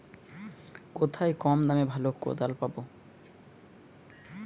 কোথায় কম দামে ভালো কোদাল পাব?